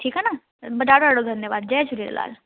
ठीकु आहे न ॾाढो ॾाढो धन्यवाद जय झूलेलाल